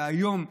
והיום,